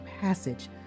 passage